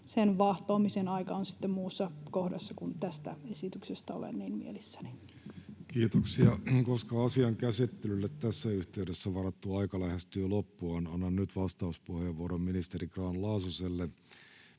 eläkelain muuttamisesta Time: 15:41 Content: Kiitoksia. — Koska asian käsittelylle tässä yhteydessä varattu aika lähestyy loppuaan, annan nyt vastauspuheenvuoron ministeri Grahn-Laasoselle,